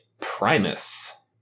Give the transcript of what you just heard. Primus